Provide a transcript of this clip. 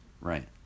Right